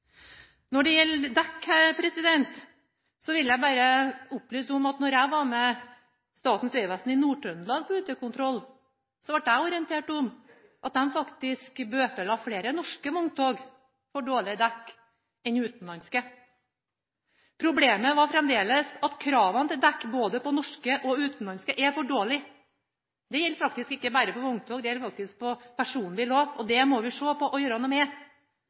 Når det gjelder dekk, vil jeg bare opplyse om at da jeg var med Statens vegvesen i Nord-Trøndelag på utekontroll, ble jeg orientert om at de faktisk bøtela flere norske vogntog for dårlige dekk enn utenlandske. Problemet var fremdeles at kravene til dekk både på norske og utenlandske er for «dårlige». Det gjelder ikke bare for vogntog, det gjelder faktisk også for personbil. Det må vi se på, og vi må gjøre noe med